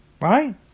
right